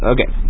Okay